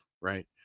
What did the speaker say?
right